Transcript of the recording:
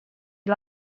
you